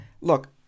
Look